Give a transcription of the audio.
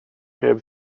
heb